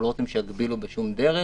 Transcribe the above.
אנחנו לא רוצים שיגבילו בשום דרך,